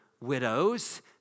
widows